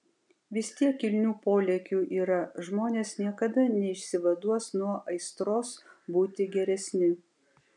vis tiek kilnių polėkių yra žmonės niekada neišsivaduos nuo aistros būti geresni